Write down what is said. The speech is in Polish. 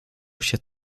się